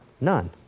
None